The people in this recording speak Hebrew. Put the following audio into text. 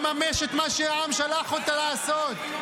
לממש את מה שהעם שלח אותה לעשות.